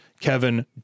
Kevin